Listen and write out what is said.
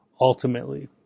ultimately